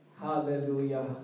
Hallelujah